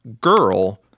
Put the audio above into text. Girl